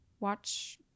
watch